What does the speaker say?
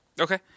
Okay